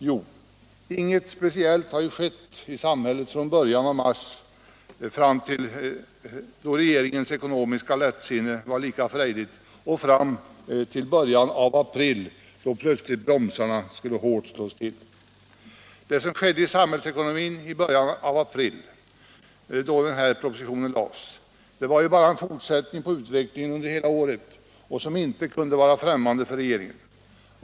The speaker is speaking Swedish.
Jo, inget speciellt hade ju skett i samhället från början av mars, då regeringens ekonomiska lättsinne var lika frejdigt, och fram till början av april då bromsarna plötsligt skulle hårt slås till. Det som skedde i samhällsekonomin i början av april, då den aktuella propositionen framlades, var ju bara en fortsättning på utvecklingen under hela året som inte kunde ha varit främmande för regeringen.